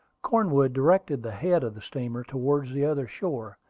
cornwood directed the head of the steamer towards the other shore,